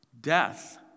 death